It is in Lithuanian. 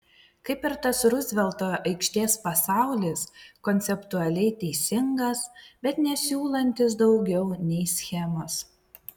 kaip ir tas ruzvelto aikštės pasaulis konceptualiai teisingas bet nesiūlantis daugiau nei schemos